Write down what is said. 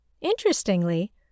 Interestingly